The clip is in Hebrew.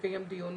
ולקיים דיון